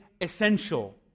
essential